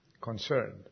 concerned